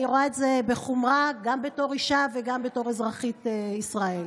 אני רואה את זה בחומרה גם בתור אישה וגם בתור אזרחית ישראל.